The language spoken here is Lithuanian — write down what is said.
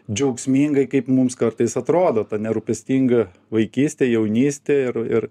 džiaugsmingai kaip mums kartais atrodo ta nerūpestinga vaikystė jaunystė ir ir